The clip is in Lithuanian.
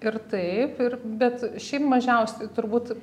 ir taip ir bet šiaip mažiausiai turbūt